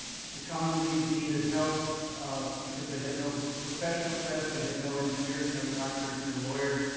the congolese needed help because they had no professional class. they had no engineers, no doctors, no lawyers,